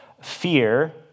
fear